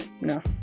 No